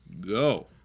go